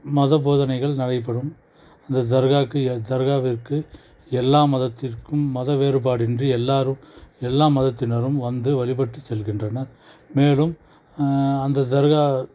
மதபோதனைகள் நடைபெறும் இந்த தர்காவுக்கு தர்காவிற்கு எல்லா மதத்திற்கும் மத வேறுபாடின்றி எல்லாேரும் எல்லா மதத்தினரும் வந்து வழிபட்டு செல்கின்றனர் மேலும் அந்த தர்கா